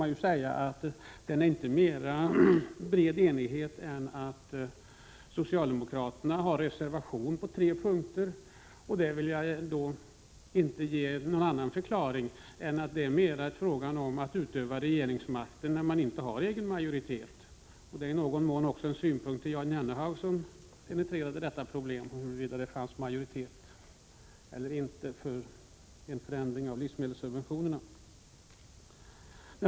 Men enigheten är inte bredare än att socialdemokraterna i det här ärendet har reservationer på tre punkter. Förklaringen till det är svårigheterna att utöva regeringsmakten när man inte har egen majoritet — det är i någon mån också en synpunkt till Jan Jennehag, som penetrerade problemet huruvida det fanns majoritet eller inte för en förändring av livsmedelssubventionerna.